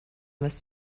must